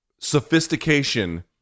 sophistication